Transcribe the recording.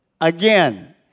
again